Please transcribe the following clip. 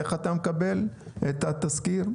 איך אתה מקבל את התזכיר?